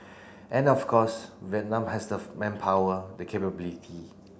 and of course Vietnam has the manpower the capability